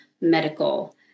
medical